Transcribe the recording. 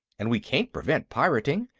and we can't prevent pirating.